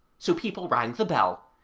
so people rang the bell,